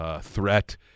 Threat